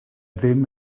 ddim